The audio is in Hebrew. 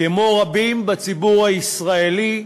כמו רבים בציבור הישראלי,